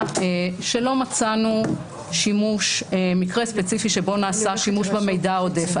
שלא מצאנו מקרה ספציפי שבו נעשה שימוש במידע העודף.